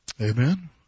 Amen